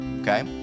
okay